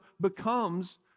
becomes